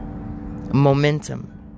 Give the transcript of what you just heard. momentum